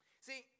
see